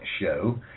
show